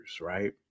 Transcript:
right